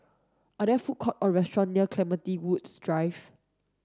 are there food court or restaurant near Clementi Woods Drive